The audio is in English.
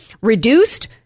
reduced